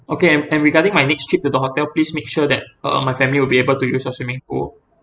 okay and and regarding my next trip to the hotel please make sure that uh my family will be able to use your swimming pool